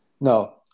No